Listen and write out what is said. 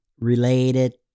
related